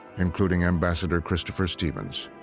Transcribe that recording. including ambassador christopher stevens.